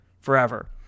forever